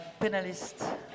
panelists